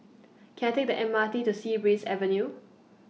Can I Take The M R T to Sea Breeze Avenue